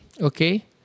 okay